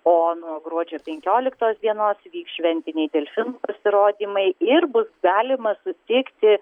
o nuo gruodžio penkioliktos dienos vyks šventiniai delfinų pasirodymai ir bus galima sutikti